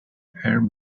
air